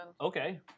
Okay